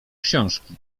książki